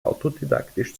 autodidaktisch